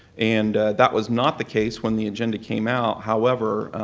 and that was not the case when the agenda came out. however,